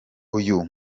uyu